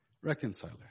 Reconciler